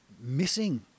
missing